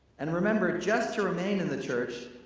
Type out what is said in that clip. and remember, just to remain in the church,